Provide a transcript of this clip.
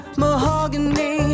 mahogany